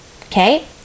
okay